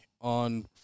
on